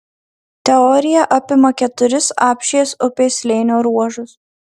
teritorija apima keturis apšės upės slėnio ruožus